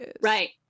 Right